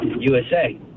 USA